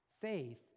Faith